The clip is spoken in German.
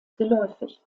geläufig